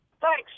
Thanks